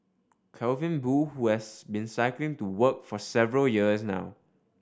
Calvin Boo who has been cycling to work for several years now